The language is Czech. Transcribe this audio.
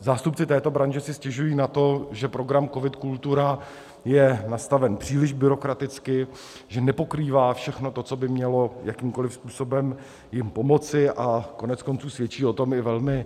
Zástupci této branže si stěžují na to, že program COVID Kultura je nastaven příliš byrokraticky, že nepokrývá všechno to, co by mělo jakýmkoliv způsobem jim pomoci, a koneckonců svědčí o tom i velmi...